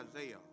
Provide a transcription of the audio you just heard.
Isaiah